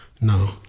No